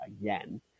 again